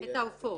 -- את העופות.